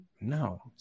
No